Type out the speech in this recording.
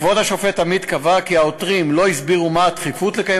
כבוד השופט עמית קבע כי העותרים לא הסבירו מה הדחיפות לקיים